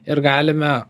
ir galime